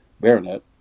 baronet